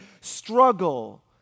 struggle